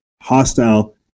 hostile